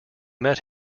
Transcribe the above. met